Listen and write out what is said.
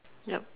yup